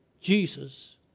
Jesus